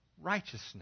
Righteousness